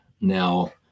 Now